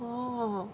orh